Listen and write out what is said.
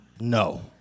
No